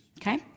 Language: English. Okay